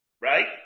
Right